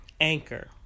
Anchor